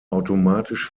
automatisch